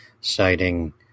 citing